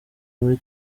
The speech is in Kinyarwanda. muri